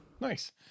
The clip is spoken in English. Nice